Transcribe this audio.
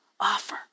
offer